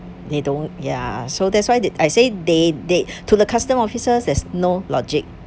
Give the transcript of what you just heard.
they don't ya so that's why they I say they they to the customs officers there is no logic